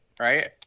right